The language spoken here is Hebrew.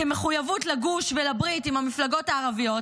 כמחויבות לגוש ולברית עם המפלגות הערביות,